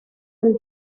del